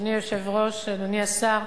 אדוני היושב-ראש, אדוני השר,